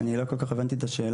אני לא כל כך הבנתי את השאלה.